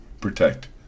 Protect